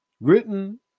written